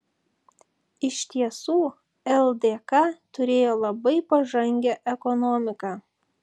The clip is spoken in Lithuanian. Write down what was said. iš tiesų ldk turėjo labai pažangią ekonomiką